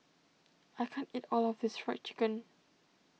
I can't eat all of this Fried Chicken